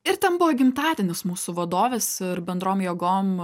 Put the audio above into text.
ir ten buvo gimtadienis mūsų vadovės ir bendrom jėgom